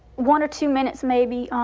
one or two minutes maybe.